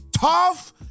tough